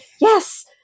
yes